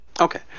Okay